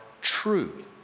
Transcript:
true